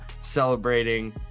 celebrating